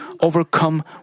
overcome